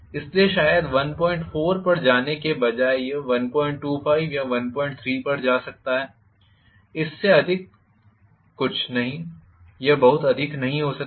इसलिए शायद 14 पर जाने के बजाय यह 125 या 13 पर जा सकता है इससे अधिक कुछ नहीं यह बहुत अधिक नहीं हो सकता है